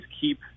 keep